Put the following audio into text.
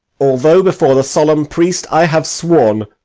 although before the solemn priest i have sworn,